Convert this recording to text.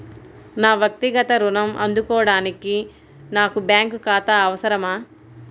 నా వక్తిగత ఋణం అందుకోడానికి నాకు బ్యాంక్ ఖాతా అవసరమా?